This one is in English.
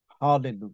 Hallelujah